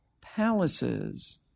palaces